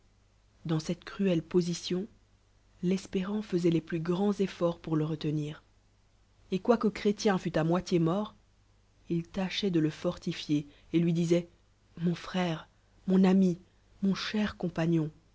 dans cette nuelle position l'espérant faisoit les plus grands efforts pour le reteuir et quoique chrétien f t à moilié mort il tchoit de le forlifier et lui disoit mon frère mon ami mon cher compagnon